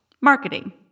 Marketing